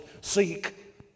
seek